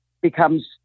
becomes